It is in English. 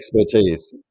expertise